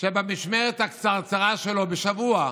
שבמשמרת הקצרצרה שלו, בשבוע,